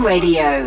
Radio